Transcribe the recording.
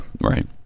right